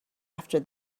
after